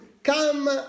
come